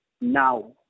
Now